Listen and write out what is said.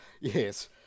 Yes